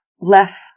less